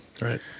Right